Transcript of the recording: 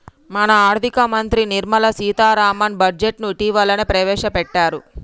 మన ఆర్థిక మంత్రి నిర్మల సీతారామన్ బడ్జెట్ను ఇటీవలనే ప్రవేశపెట్టారు